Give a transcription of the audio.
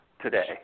today